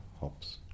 hops